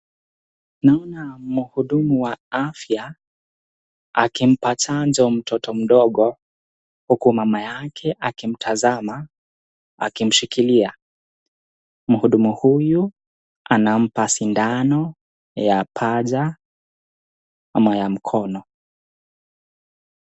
Naona mhudumu wa afya akimpa chanjo mtoto mdogo huku mama yake akimtazama akimshikilia. Mhudumu huyu anampa sindano ya paja ama ya mkono.